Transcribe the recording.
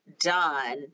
done